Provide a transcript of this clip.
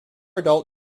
adult